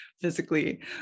physically